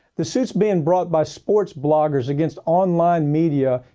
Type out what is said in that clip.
the suit's being brought by sports bloggers against online media,